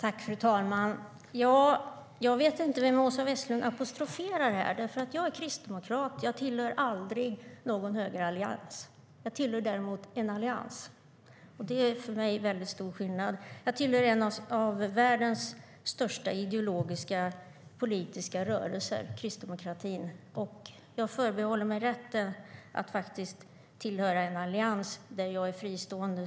Fru talman! Jag vet inte vem Åsa Westlund apostroferar här. Jag är kristdemokrat. Jag tillhör aldrig någon högerallians. Jag tillhör däremot en allians. Det är för mig väldigt stor skillnad. Jag tillhör en av världens största ideologiska politiska rörelser - kristdemokratin - och jag förbehåller mig rätten att tillhöra en allians där jag är fristående.